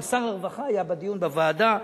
גם שר הרווחה היה בדיון בוועדה,